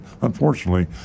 unfortunately